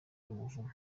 umuvumo